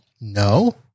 No